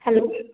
hello